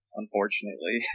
unfortunately